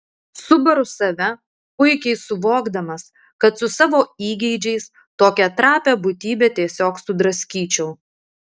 subaru save puikiai suvokdamas kad su savo įgeidžiais tokią trapią būtybę tiesiog sudraskyčiau